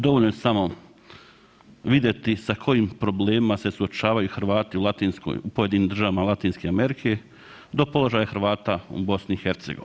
Dovoljno je samo vidjeti sa kojim problemima se suočavaju Hrvati u latinskoj, u pojedinim državama Latinske Amerike, do položaja Hrvata u BiH.